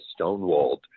stonewalled